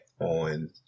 on